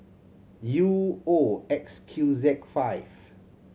U O X Q Z five